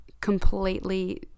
completely